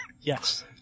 Yes